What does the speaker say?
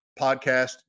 podcast